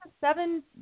seven